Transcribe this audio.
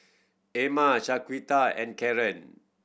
Erma Shaquita and Karren